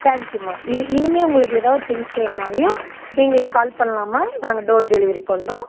தேங்க்யூமா இ இனிமே உங்களுக்கு ஏதாவது திங்க்ஸ் வேண்ணாலையும் எங்களுக்கு கால் பண்ணலாம்மா நாங்கள் டோர் டெலிவரி பண்ணுறோம்